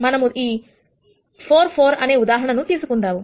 మనము ఈ 4 4 అనే ఉదాహరణను తీసుకుందాం